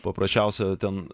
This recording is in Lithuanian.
paprasčiausia ten